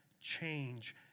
change